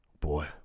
boy